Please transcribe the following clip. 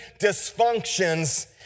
dysfunctions